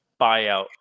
buyout